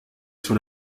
sur